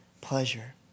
pleasure